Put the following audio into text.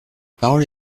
parole